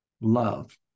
Love